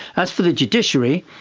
as for the judiciary,